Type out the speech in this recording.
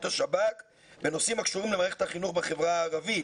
השב"כ בנושאים הקשורים למערכת החינוך בחברה הערבית.